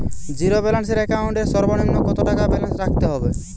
Zero balance account এর সর্বনিম্ন কত টাকা ব্যালেন্স রাখতে হবে?